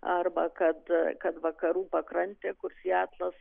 arba kad kad vakarų pakrantė kur sietlas